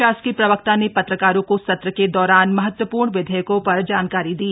शासकीय प्रवक्ता ने पत्रकारों को सत्र के दौरान महत्वपूर्ण विधेयकों पर जानकारी दी